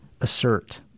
assert